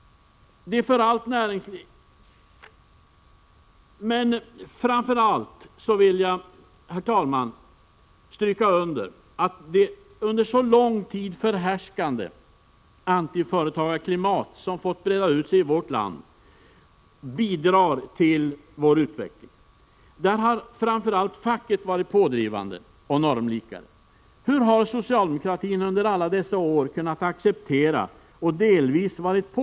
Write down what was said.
Framför allt vill jag understryka att det under så lång tid förhärskande antiföretagarklimat som fått breda ut sig i vårt land bidrar till denna utveckling. Där har framför allt facket varit pådrivande och normlikare. Hur har socialdemokratin under alla dessa år kunnat acceptera och delvis varit Prot.